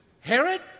Herod